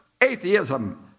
atheism